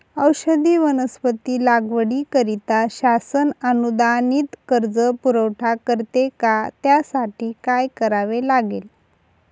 औषधी वनस्पती लागवडीकरिता शासन अनुदानित कर्ज पुरवठा करते का? त्यासाठी काय करावे लागेल?